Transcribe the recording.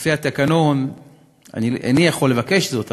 לפי התקנון איני יכול לבקש זאת,